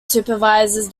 supervises